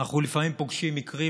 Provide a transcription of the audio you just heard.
אנחנו לפעמים פוגשים מקרים,